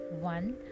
One